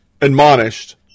admonished